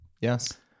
Yes